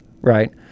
right